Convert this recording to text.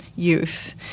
youth